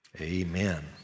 Amen